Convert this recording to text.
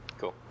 Cool